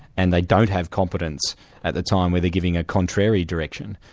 and they don't have competence at the time where they're giving a contrary direction,